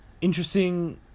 interesting